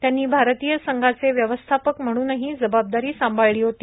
त्यांनी भारतीय संघाचे व्यवस्थापक म्हणूनही जबाबदारी सांभाळली होती